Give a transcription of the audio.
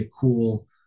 cool